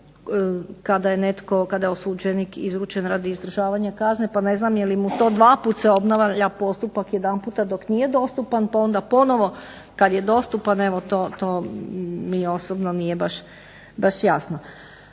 kada je netko, kada je osuđenik izručen radi izdržavanja kazne, pa ne znam je li mu to dva puta se obnavlja postupak. Jedanputa dok nije dostupan, pa onda ponovo kad je dostupan evo to mi osobno nije baš jasno.